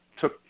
took